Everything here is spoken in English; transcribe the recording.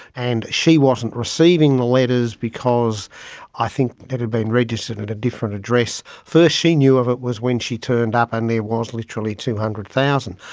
and she wasn't receiving the letters because i think it had been registered at a different address, first she knew of it was when she turned up and there was literally two hundred thousand